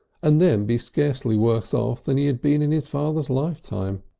and then be scarcely worse off than he had been in his father's lifetime.